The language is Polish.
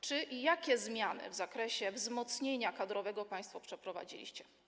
Czy i jakie zmiany w zakresie wzmocnienia kadrowego państwo przeprowadziliście?